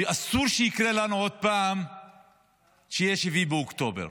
אסור שיקרה לנו עוד פעם שיהיה 7 באוקטובר.